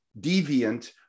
deviant